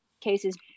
cases